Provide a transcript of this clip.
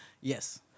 Yes